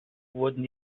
wurden